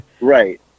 Right